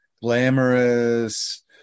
glamorous